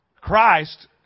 Christ